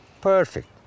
Perfect